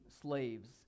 slaves